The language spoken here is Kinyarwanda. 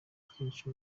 twinshi